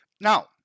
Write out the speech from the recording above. Now